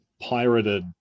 pirated